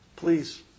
Please